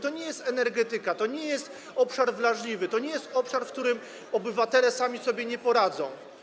To nie jest energetyka, to nie jest obszar wrażliwy, to nie jest obszar, w którym obywatele sami sobie nie poradzą.